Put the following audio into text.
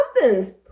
something's